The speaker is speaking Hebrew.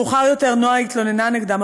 מאוחר יותר נועה התלוננה נגדם,